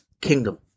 kingdom